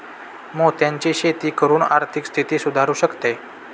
मोत्यांची शेती करून आर्थिक स्थिती सुधारु शकते